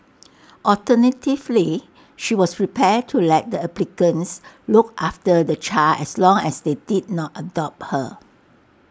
alternatively she was prepared to let the applicants look after the child as long as they did not adopt her